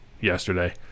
yesterday